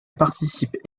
participe